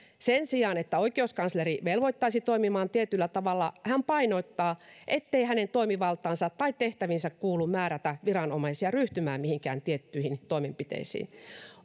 sen sijaan että oikeuskansleri velvoittaisi toimimaan tietyllä tavalla hän painottaa ettei hänen toimivaltaansa tai tehtäviinsä kuulu määrätä viranomaisia ryhtymään mihinkään tiettyihin toimenpiteisiin